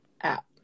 app